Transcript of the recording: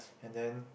and then